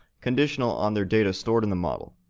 conditional on their data stored in the model.